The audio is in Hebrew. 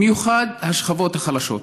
במיוחד השכבות החלשות.